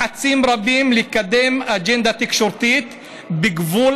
לחצים רבים לקדם אג'נדה תקשורתית בגבול